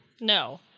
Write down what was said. No